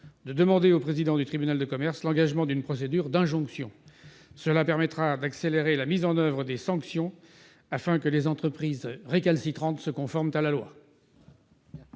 de demander au président du tribunal de commerce l'engagement d'une procédure d'injonction. Cela permettra d'accélérer la mise en oeuvre de sanctions, afin que les entreprises récalcitrantes se conforment à la loi.